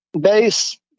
bass